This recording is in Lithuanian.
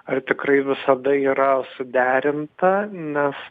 ar tikrai visada yra suderinta nes